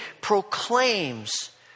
proclaims